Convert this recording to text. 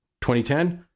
2010